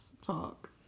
Talk